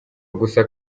gusa